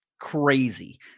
crazy